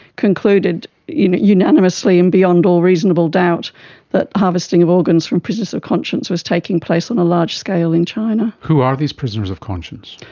concluded you know unanimously and beyond all reasonable doubt that harvesting of organs from prisoners of conscience was taking place on a large scale in china. who are these prisoners of conscience?